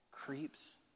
Creeps